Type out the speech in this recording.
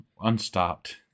unstopped